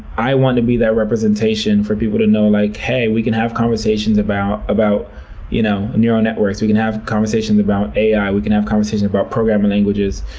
i wanted to be that representation for people to know like hey, we can have conversations about about you know neural networks. we can have conversations about ai. we can have conversation about programming languages,